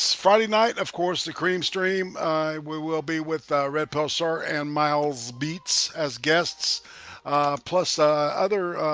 friday night of course the cream stream we will be with red pulsar and miles beats as guests plus ah other